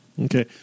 Okay